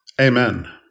Amen